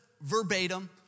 verbatim